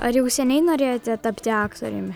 ar jau seniai norėjote tapti aktoriumi